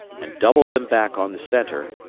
and doubled them back on the centre,